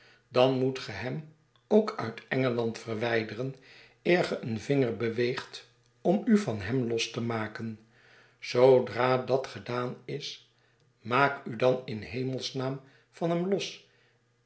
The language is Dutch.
dan moet ge hem ook uit engeland verwijderen eer ge een vinger beweegt om u van hem los te maken zoodra dat gedaan is maak u dan in s hemels naam van hem los